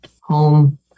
home